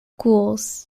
gules